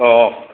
অঁ